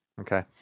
Okay